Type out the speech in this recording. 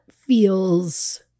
feels